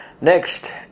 Next